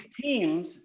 teams